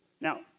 Now